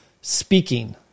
speaking